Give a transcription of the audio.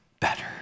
better